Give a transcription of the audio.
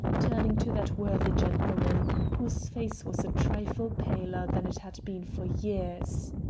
turning to that worthy gentleman, whose face was a trifle paler than it had been for years.